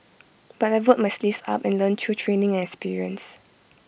but I rolled my sleeves up and learnt through training and experience